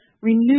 Renew